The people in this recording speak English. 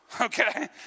okay